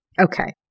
Okay